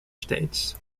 states